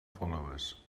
followers